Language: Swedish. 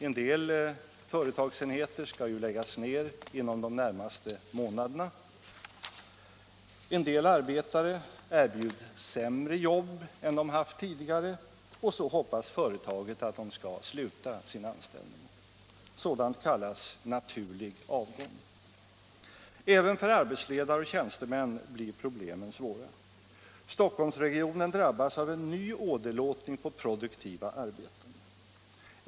En del företagsenheter skall läggas ned inom de närmaste månaderna, en del arbetare erbjuds sämre jobb än de haft tidigare, och så hoppas företaget att de skall sluta sin anställning. Sådant kallas naturlig avgång. Även för arbetsledare och tjänstemän blir problemen svåra. Stockholmsregionen drabbas av en ny åderlåtning på produktiva arbeten.